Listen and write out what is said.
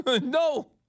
No